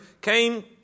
came